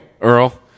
Earl